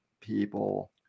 people